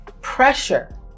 pressure